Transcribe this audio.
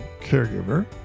caregiver